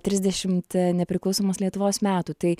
trisdešimt nepriklausomos lietuvos metų tai